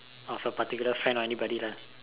of a particular friend or aybody lah